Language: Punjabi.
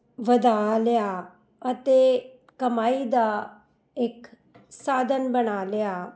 ਵਧਾ ਲਿਆ ਅਤੇ ਕਮਾਈ ਦਾ ਇੱਕ ਸਾਧਨ ਬਣਾ ਲਿਆ